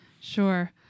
Sure